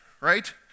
right